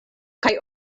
kaj